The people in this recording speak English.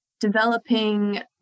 developing